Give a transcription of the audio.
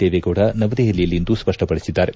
ದೇವೇಗೌಡ ನವದೆಪಲಿಯಲ್ಲಿಂದು ಸ್ಪಷ್ಟಪಡಿಸಿದ್ದಾರೆ